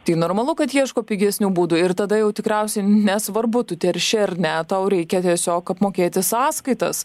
tai normalu kad ieško pigesnių būdų ir tada jau tikriausiai nesvarbu tu terši ar ne tau reikia tiesiog apmokėti sąskaitas